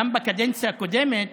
בקדנציה הקודמת